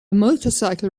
motorcycle